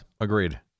Agreed